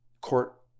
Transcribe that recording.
court